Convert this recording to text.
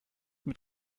mit